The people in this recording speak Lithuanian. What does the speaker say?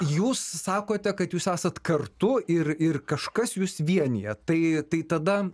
jūs sakote kad jūs esat kartu ir ir kažkas jus vienija tai tai tada